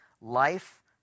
life